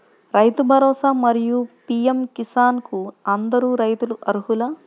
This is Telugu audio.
రైతు భరోసా, మరియు పీ.ఎం కిసాన్ కు అందరు రైతులు అర్హులా?